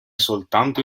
soltanto